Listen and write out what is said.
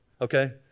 Okay